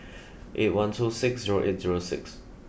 eight one two six zero eight zero six